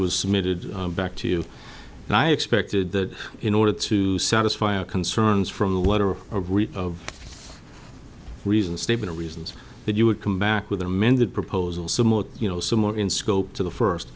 was submitted back to you and i expected that in order to satisfy our concerns from the letter of reason statement reasons that you would come back with an amended proposal similar you know similar in scope to the first